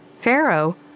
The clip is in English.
Pharaoh